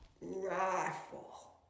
rifle